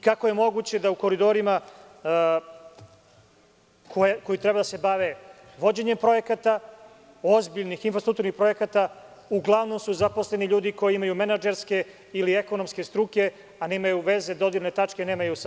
Kako je moguće da u „Koridorima“, koji treba da se bave vođenjem projekta, ozbiljnih infrastrukturnih projekata uglavnom su zaposleni ljudi koji imaju menadžerske ili ekonomske struke, a nemaju dodirne tačke sa izgradnjom puteva?